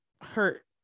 hurt